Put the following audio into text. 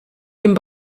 dem